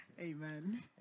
amen